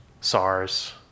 SARS